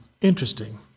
interesting